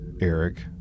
Eric